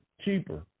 Cheaper